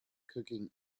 cooking